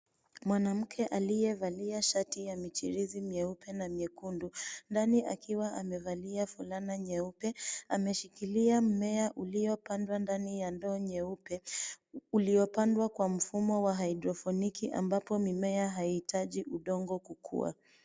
Mwanamke aliyevalia shati ya michirizi myeupe na myekundu, ndani akiwa amevalia fulana nyeupe, ameshikilia mmea uliopandwa ndani ya ndoo nyeupe. Uliopandwa kwa mfumo wa haidroponiki ambapo mimea haihitaji udongo kukua.